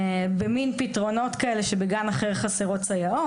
במן פתרונות כאלה שבגן אחר חסרות סייעות,